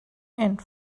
and